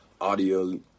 audio